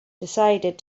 decided